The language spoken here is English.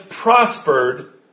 prospered